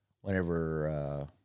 Whenever